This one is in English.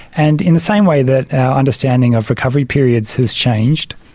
and in the same way that our understanding of recovery periods has changed,